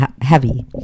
heavy